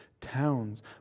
towns